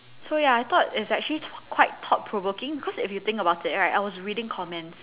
so ya I thought it's actually quite thought provoking because if you think about it right I was reading comments